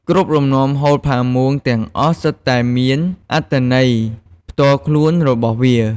គ្រប់លំនាំហូលផាមួងទាំងអស់សុទ្ធតែមានអត្ថន័យផ្ទាល់ខ្លួនរបស់វា។